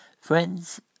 Friends